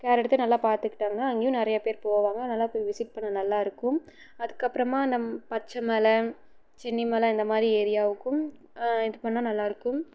care எடுத்து நல்லா பார்த்துக்கிட்டாங்கனா அங்கேயும் நிறையா பேர் போவாங்க நல்லா போய் விசிட் பண்ணிணா நல்லாயிருக்கும் அதுக்கப்புறமா நம் பச்சை மலை சென்னி மலை இந்த மாதிரி ஏரியாவுக்கும் இது பண்ணிணா நல்லாயிருக்கும்